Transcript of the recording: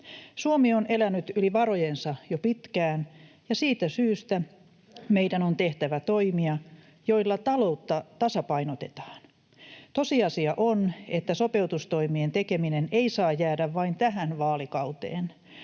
Suomi on elänyt yli varojensa jo pitkään, ja siitä syystä meidän on tehtävä toimia, joilla taloutta tasapainotetaan. Tosiasia on, että sopeutustoimien tekeminen ei saa jäädä vain tähän vaalikauteen,